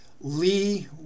Lee